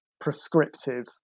prescriptive